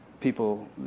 people